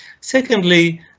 Secondly